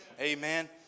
Amen